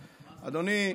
אדוני,